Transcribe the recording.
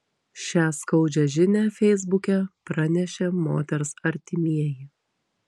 šią skaudžią žinią feisbuke pranešė moters artimieji